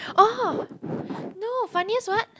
!wah! no funniest [what]